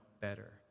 better